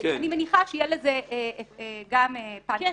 אני מניחה שיהיה לזה גם פן תקציבי,